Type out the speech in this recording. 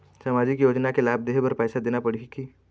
सामाजिक योजना के लाभ लेहे बर पैसा देना पड़ही की?